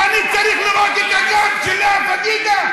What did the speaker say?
ואני צריך לראות את הגב של לאה פדידה?